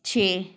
ਛੇ